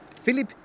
Philip